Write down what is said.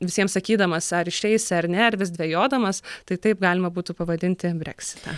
visiems sakydamas ar išeisi ar ne ir vis dvejodamas tai taip galima būtų pavadinti breksitą